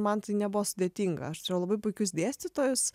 man tai nebuvo sudėtinga aš turėjau labai puikius dėstytojus